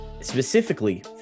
specifically